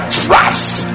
trust